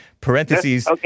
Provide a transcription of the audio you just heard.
Parentheses